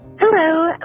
hello